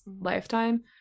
lifetime